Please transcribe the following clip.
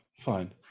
Fine